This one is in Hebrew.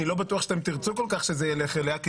אני לא בטוח שאתם תרצו כל כך שזה ילך אליה,